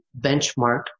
benchmark